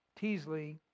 Teasley